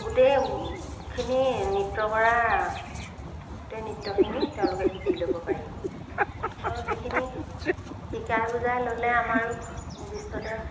গোটেইখিনি নৃত্য কৰা গোটেই নৃত্যখিনি তেওঁলোকে শিকি ল'ব পাৰিব আৰু সেইখিনি শিকাই বুজাই ল'লে আমাৰো ভৱিষ্যতে